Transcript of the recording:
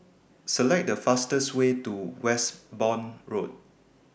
Select The fastest Way to Westbourne Road